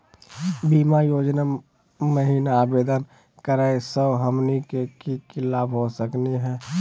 बीमा योजना महिना आवेदन करै स हमनी के की की लाभ हो सकनी हे?